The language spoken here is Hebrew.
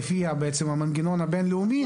לפי המנגנון הבין-לאומי,